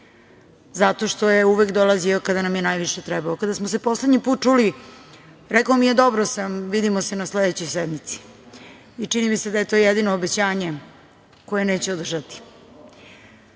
zato što je uvek dolazio kada nam je najviše trebao. Kada smo se poslednji put čuli, rekao mi je „Dobro sam, vidimo se na sledećoj sednici“ i čini mi se da je to jedino obećanje koje neće